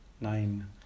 nine